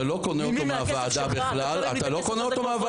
אתה לא קונה אותו מהוועדה,